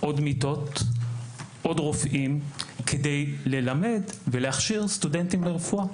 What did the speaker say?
עוד מיטות ועוד רופאים כדי ללמד ולהכשיר סטודנטים לרפואה.